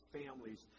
families